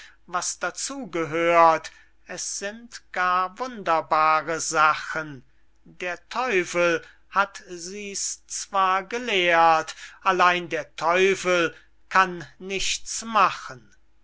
was dazu gehört es sind gar wunderbare sachen der teufel hat sie's zwar gelehrt allein der teufel kann's nicht machen